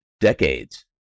decades